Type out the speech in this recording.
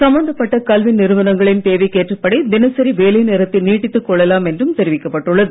சம்பந்தப்பட்ட கல்வி நிறுவனங்களின் தேவைக்கு ஏற்றபடி தினசரி வேலை நேரத்தை நீட்டித்துக் கொள்ளலாம் என்றும் தெரிவிக்கப் பட்டுள்ளது